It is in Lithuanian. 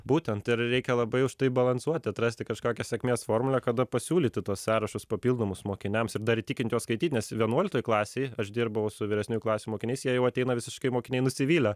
būtent ir reikia labai už tai balansuoti atrasti kažkokią sėkmės formulę kada pasiūlyti tuos sąrašus papildomus mokiniams ir dar įtikint juos skaityt nes vienuoliktoj klasėj aš dirbau su vyresniųjų klasių mokiniais jie jau ateina visiškai mokiniai nusivylę